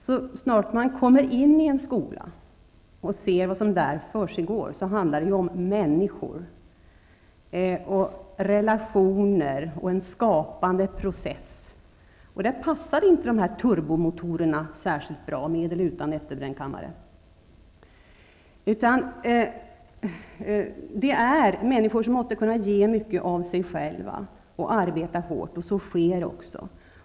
Så snart man kommer in i en skola och ser vad som försiggår handlar det ju om människor, relationer och en skapande process, och där passar inte de här ''turbomotorerna'' -- med eller utan efterbrännkammare -- särskilt bra. Det måste vara människor som kan ge mycket av sig själva och som arbetar hårt, och det är också sådana som finns där.